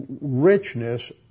richness